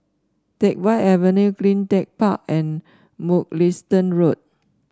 Teck Whye Avenue CleanTech Park and Mugliston Road